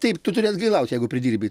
taip tu turi atgailaut jeigu pridirbi